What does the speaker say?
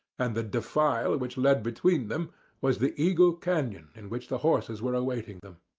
and the defile which led between them was the eagle canon in which the horses were awaiting them.